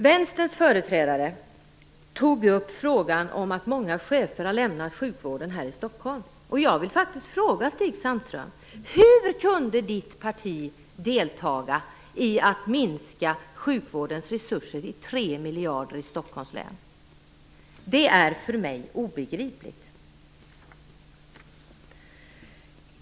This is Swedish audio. Vänsterns företrädare tog upp frågan om att många av cheferna inom sjukvården lämnat Stockholm. Jag vill fråga Stig Sandström: Hur kunde Vänsterpartiet delta i att minska sjukvårdens resurser med 3 miljarder i Stockholms län? Det är för mig obegripligt.